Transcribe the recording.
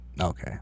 Okay